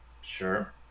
sure